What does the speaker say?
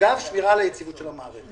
אגב שמירה על היציבות של המערכת.